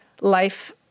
life